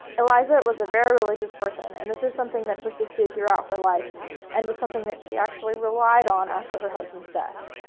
eliza it was a very religious person and this is something that persisted throughout her life and was something that she actually relied on after her husband's death.